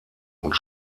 und